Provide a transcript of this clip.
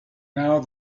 now